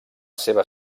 seva